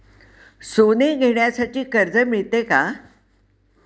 सोने घेण्यासाठी कर्ज मिळते का?